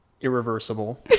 irreversible